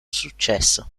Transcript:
successo